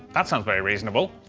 that sounds very reasonable.